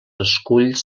esculls